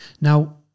Now